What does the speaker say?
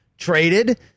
traded